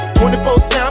24-7